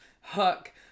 hook